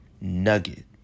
nugget